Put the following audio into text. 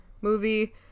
movie